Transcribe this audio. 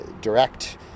direct